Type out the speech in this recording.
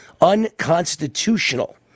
unconstitutional